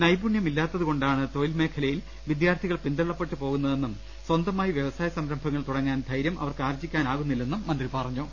നൈപുണ്യം ഇല്ലാ ത്തതുകൊണ്ടാണ് തൊഴിൽ മേഖലയിൽ വിദ്യാർത്ഥികൾ പിന്ത ള്ളപ്പെട്ട് പോകുന്നതെന്നും സ്വന്തമായി വ്യവസായ സംരംഭങ്ങൾ തുടങ്ങാൻ ധൈര്യം അവർക്ക് ആർജ്ജിക്കാനാകുന്നില്ലെന്നും മന്ത്രി പറഞ്ഞു